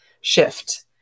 shift